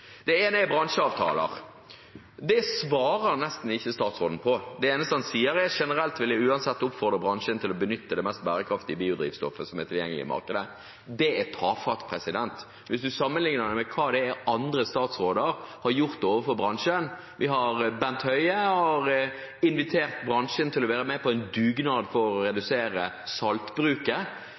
Det ene er bransjeavtaler. Det svarer nesten ikke statsråden på. Det eneste han sier, er: «Generelt vil jeg uansett oppfordre bransjen til å benytte det mest bærekraftige biodrivstoffet som er tilgjengelig i markedet.» Det er tafatt. Man kan sammenligne det med hva andre statsråder har gjort overfor bransjen: Vi har Bent Høie, som har invitert bransjen til å være med på en dugnad for å redusere